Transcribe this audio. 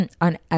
on